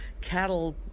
cattle